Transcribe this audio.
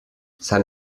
san